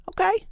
Okay